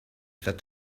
that